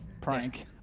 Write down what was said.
Prank